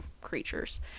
creatures